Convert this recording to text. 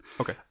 Okay